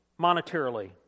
monetarily